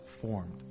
formed